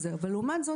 אבל לעומת זאת,